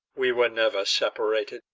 we were never separated.